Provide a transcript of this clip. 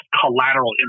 collateral